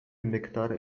miktar